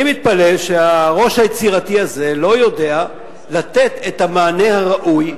אני מתפלא שהראש היצירתי הזה לא יודע לתת את המענה הראוי,